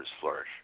flourish